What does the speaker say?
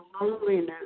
loneliness